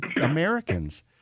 Americans